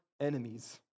enemies